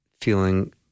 feeling